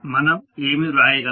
మనం ఏమి వ్రాయగలం